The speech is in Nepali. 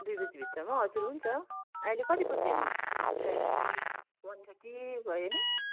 दुई बजीभित्रमा हजुर हुन्छ अहिले कति बज्यो हेर्नु टाइम वान थर्टी भयो नि